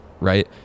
Right